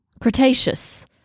cretaceous